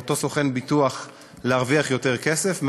אותו סוכן ביטוח להרוויח יותר כסף,